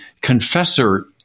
confessor